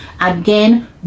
Again